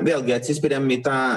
vėlgi atsispiriam į tą